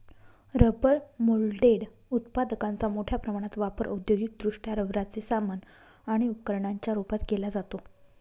rubber moulded उत्पादकांचा मोठ्या प्रमाणात वापर औद्योगिकदृष्ट्या रबराचे सामान आणि उपकरणांच्या रूपात केला जातो